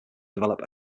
develop